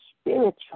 spiritual